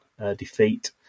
defeat